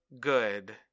good